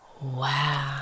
wow